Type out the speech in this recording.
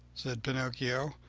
said pinocchio,